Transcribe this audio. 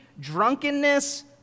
drunkenness